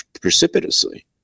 precipitously